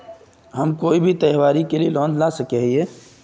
हम कोई भी त्योहारी के लिए लोन ला सके हिये?